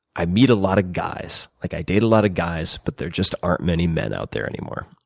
i meet a lot of guys, like i date a lot of guys but there just aren't many men out there anymore.